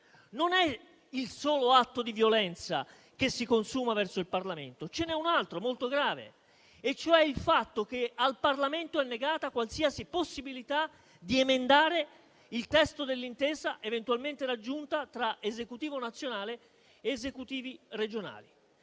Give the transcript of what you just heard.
non è il solo atto di violenza che si consuma verso il Parlamento. C'è n'è un altro, molto grave, e cioè il fatto che al Parlamento è negata qualsiasi possibilità di emendare il testo dell'intesa eventualmente raggiunta tra Esecutivo nazionale ed Esecutivi regionali.